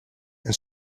and